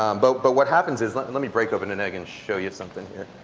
um but but what happens is let and let me break open an egg and show you something here.